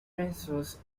pencils